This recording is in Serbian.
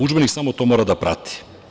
Udžbenik samo mora to da prati.